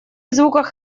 звуках